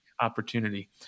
opportunity